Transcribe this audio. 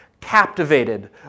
captivated